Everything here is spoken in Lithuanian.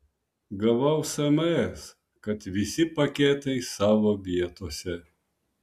gavau sms kad visi paketai savo vietose